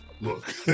Look